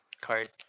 Card